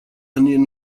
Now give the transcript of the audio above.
onion